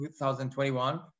2021